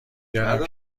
دارم